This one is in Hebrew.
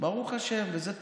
ברוך השם, וזה טוב.